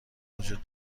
وجود